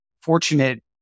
fortunate